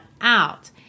out